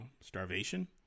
starvation